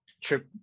trip